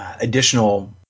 additional